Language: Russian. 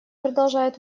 продолжает